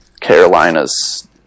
Carolina's